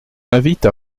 invite